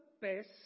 best